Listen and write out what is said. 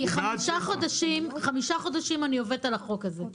כי במשך חמישה חודשים אני עובדת על החוק הזה,